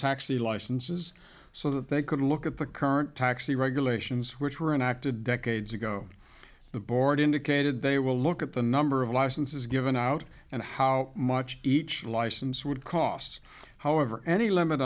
taxi licenses so that they could look at the current taxi regulations which were enacted that cade's ago the board indicated they will look at the number of licenses given out and how much each license would cost however any limit